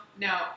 No